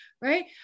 right